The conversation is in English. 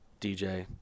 DJ